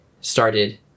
started